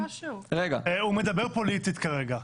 הוא מדבר פוליטית כרגע.